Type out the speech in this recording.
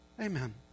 Amen